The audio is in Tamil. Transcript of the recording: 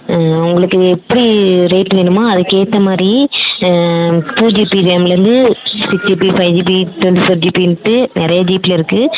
உங்களுக்கு எப்படி ரேட் வேணும்மோ அதுக்கேற்ற மாதிரி டூ ஜிபி ரேம்லேருந்து six GB five GB twenty four ஜிபின்ட்டு நறைய ஜிபி இருக்கு